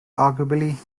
arguably